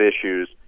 issues